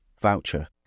voucher